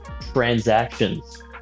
transactions